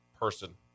Person